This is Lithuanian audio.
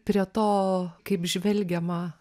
prie to kaip žvelgiama